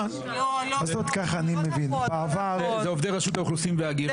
זה עובדי רשות האוכלוסין וההגירה.